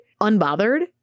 unbothered